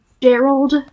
Gerald